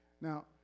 Now